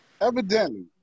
Evidently